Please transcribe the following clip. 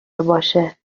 باشه